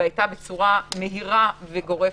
שהייתה מהירה וגורפת,